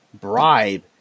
bribe